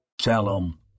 Shalom